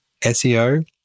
SEO